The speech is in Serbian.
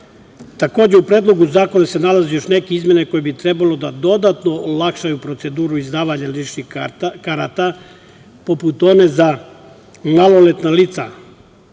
u Predlogu zakona se nalaze još neke izmene koje bi trebalo da dodatno olakšaju proceduru izdavanja ličnih karata, poput one za maloletna lica.